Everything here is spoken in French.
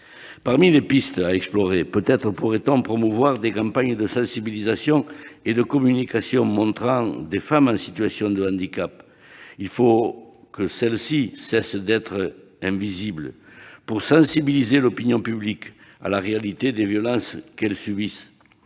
Parmi les pistes à explorer, on pourrait promouvoir des campagnes de sensibilisation et de communication montrant des femmes en situation de handicap. Il faut que celles-ci cessent d'être invisibles pour sensibiliser l'opinion publique à la réalité des violences qu'elles subissent.